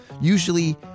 Usually